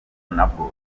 nabwo